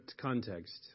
context